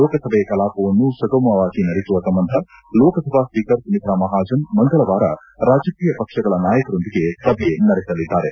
ಲೋಕಸಭೆ ಕಲಾಪವನ್ನು ಸುಗಮವಾಗಿ ನಡೆಸುವ ಸಂಬಂಧ ಲೋಕಸಭಾ ಸ್ವೀಕರ್ ಸುಮಿತ್ರಾ ಮಹಾಜನ್ ಮಂಗಳವಾರ ರಾಜಕೀಯ ಪಕ್ಷಗಳ ನಾಯಕರೊಂದಿಗೆ ಸಭೆ ನಡೆಸಲಿದ್ದಾರೆ